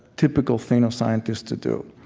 typical thing of scientists to do.